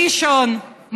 ראשון,